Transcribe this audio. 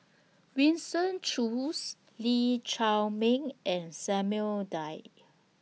Winston Choos Lee Chiaw Meng and Samuel Dyer